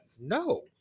no